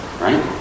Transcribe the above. right